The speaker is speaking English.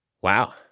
Wow